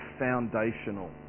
foundational